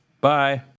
Bye